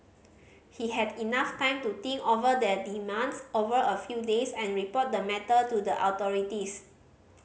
he had enough time to think over their demands over a few days and report the matter to the authorities